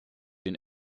den